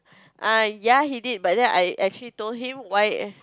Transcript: ah ya he did but I actually told him why